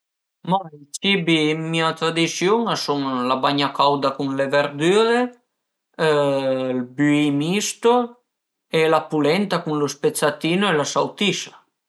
Ma i cibi dë mia tradisiun a sun la bagna cauda cun le verdüre, ël büì misto e la pulenta cun lë spezzatino e la sautisa